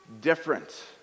different